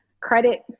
credit